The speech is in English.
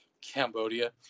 Cambodia